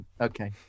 Okay